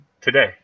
today